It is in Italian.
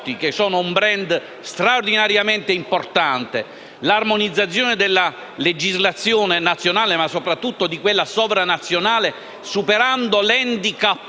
costituiscono un *brand* straordinariamente importante, e l'armonizzazione della legislazione nazionale, ma soprattutto di quella sovranazionale, superando l'*handicap*